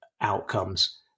outcomes